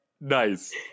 Nice